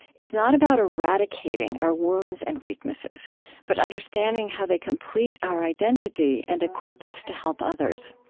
is not about eradicating our wounds and weaknesses but understanding how they complete our identity and equip us to help others.